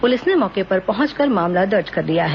police ने मौके पर पहुंचकर मामला दर्ज कर लिया है